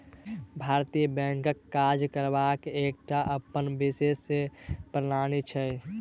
भारतीय बैंकक काज करबाक एकटा अपन विशेष प्रणाली छै